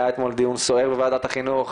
היה אתמול דיון סוער בוועדת החינוך,